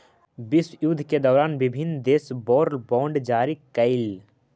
विश्वयुद्ध के दौरान विभिन्न देश वॉर बॉन्ड जारी कैलइ